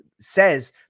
says